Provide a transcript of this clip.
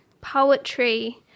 poetry